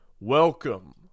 Welcome